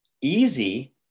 easy